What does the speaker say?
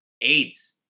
AIDS